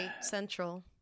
central